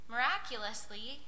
Miraculously